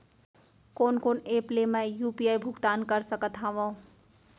कोन कोन एप ले मैं यू.पी.आई भुगतान कर सकत हओं?